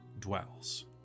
dwells